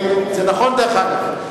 זה נכון, דרך אגב.